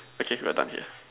okay we're done here